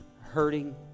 hurting